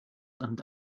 and